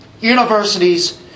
Universities